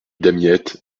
damiette